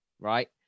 right